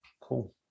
Cool